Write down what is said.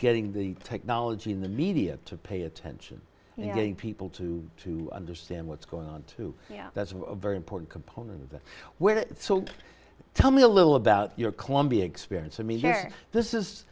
getting the technology in the media to pay attention and getting people to to understand what's going on too yeah that's a very important component of where so tell me a little about your columbia experience i mean this is